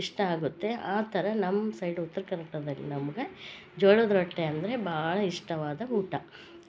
ಇಷ್ಟ ಆಗುತ್ತೆ ಆ ಥರ ನಮ್ಮ ಸೈಡು ಉತ್ತರ ಕರ್ನಾಟದಲ್ಲಿ ನಮ್ಗ ಜೋಳದ ರೊಟ್ಟಿ ಅಂದರೆ ಭಾಳ ಇಷ್ಟವಾದ ಊಟ